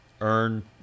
earn